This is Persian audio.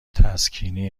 تسکینی